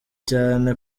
cyane